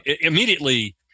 immediately